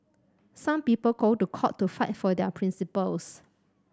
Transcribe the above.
some people go to court to fight for their principles